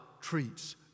treats